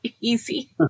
easy